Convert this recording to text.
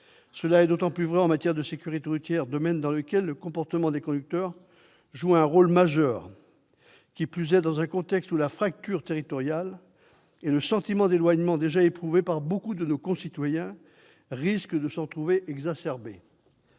Cela est d'autant plus vrai en matière de sécurité routière, domaine dans lequel le comportement des conducteurs joue un rôle majeur. Qui plus est, dans un contexte où la fracture territoriale et le sentiment d'éloignement, déjà éprouvés par beaucoup de nos concitoyens, risquent de s'en trouver exacerbés.